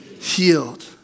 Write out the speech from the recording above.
healed